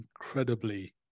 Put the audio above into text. incredibly